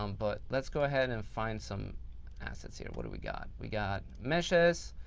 um but let's go ahead and find some assets here. what do we got? we got meshes.